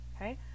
Okay